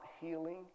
healing